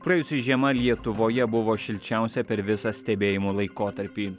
praėjusi žiema lietuvoje buvo šilčiausia per visą stebėjimo laikotarpį